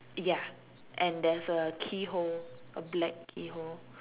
ya and there's a keyhole a black keyhole